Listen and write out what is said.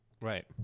Right